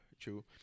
true